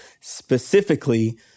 specifically